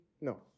No